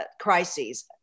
crises